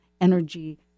energy